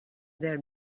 their